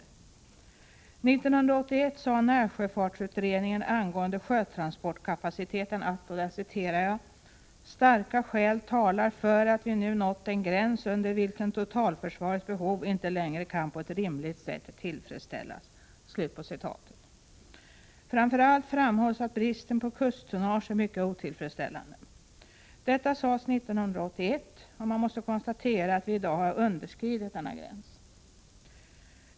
1981 sade närsjöfartsutredningen angående sjötransportkapaciteten: Starka skäl talar för att vi nu nått den gräns under vilken totalförsvarets behov inte längre kan på ett rimligt sätt tillfredsställas. Framför allt framhålls att bristen på kusttonnage är mycket otillfredsställande. Detta sades 1981. Man måste konstatera att vi i dag har underskridit den gränsen.